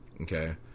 Okay